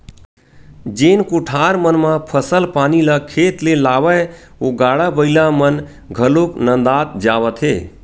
जेन कोठार मन म फसल पानी ल खेत ले लावय ओ गाड़ा बइला मन घलोक नंदात जावत हे